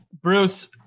Bruce